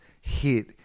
hit